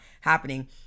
happening